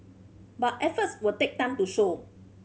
but efforts will take time to show